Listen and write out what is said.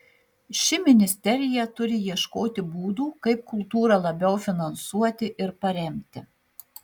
ši ministerija turi ieškoti būdų kaip kultūrą labiau finansuoti ir paremti